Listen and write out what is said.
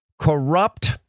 corrupt